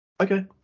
Okay